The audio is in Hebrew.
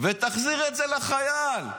ותחזיר את זה לחייל.